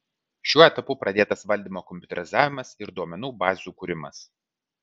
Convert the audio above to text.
šiuo etapu pradėtas valdymo kompiuterizavimas ir duomenų bazių kūrimas